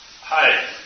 Hi